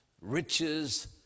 riches